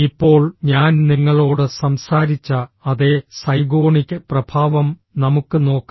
ഇപ്പോൾ ഞാൻ നിങ്ങളോട് സംസാരിച്ച അതേ സൈഗോണിക് പ്രഭാവം നമുക്ക് നോക്കാം